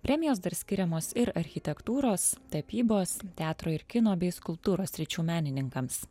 premijos dar skiriamos ir architektūros tapybos teatro ir kino bei skulptūros sričių menininkams